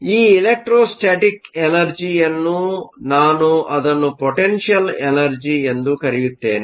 ಆದ್ದರಿಂದ ಈ ಎಲೆಕ್ಟ್ರೋಸ್ಟಾಟಿಕ್ ಎನರ್ಜಿಯನ್ನು ನಾನು ಅದನ್ನು ಪೋಟೆನ್ಷಿಯಲ್ ಎನರ್ಜಿ ಎಂದು ಕರೆಯುತ್ತೇನೆ